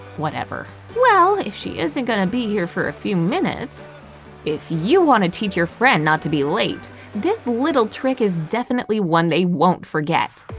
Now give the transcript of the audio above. whatever well if she isn't gonna be here for a few minutes if you want to teach your friend not to be late this little trick is definitely one they won't forget